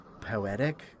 poetic